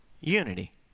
unity